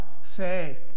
say